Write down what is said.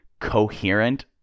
coherent